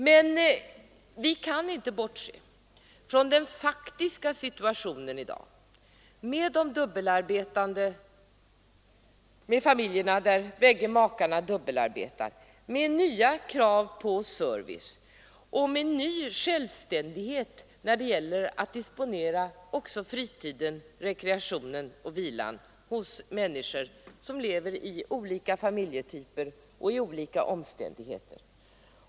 Men vi kan inte bortse ifrån den faktiska situationen i dag med familjerna där bägge makarna arbetar, med nya krav på service och med ny självständighet när det gäller att disponera fritiden, rekreationen och vilan för människor som lever i olika familjetyper och i olika omständigheter.